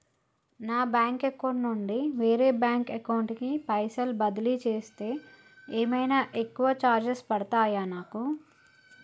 నా bank account నుండి వేరే బ్యాంక్ అకౌంట్ కి పైసల్ బదిలీ చేస్తే ఏమైనా ఎక్కువ చార్జెస్ పడ్తయా నాకు?